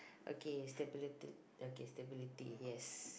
okay stability okay stability yes